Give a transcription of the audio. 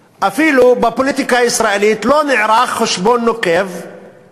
בפוליטיקה הישראלית אפילו לא נערך חשבון נוקב לגבי